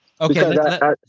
Okay